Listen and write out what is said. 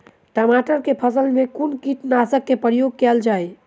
टमाटर केँ फसल मे कुन कीटनासक केँ प्रयोग कैल जाय?